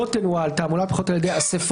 (1) לא תנוהל תעמולה בחירות על ידי אסיפות,